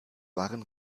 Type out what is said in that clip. waren